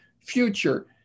future